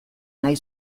nahi